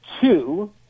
two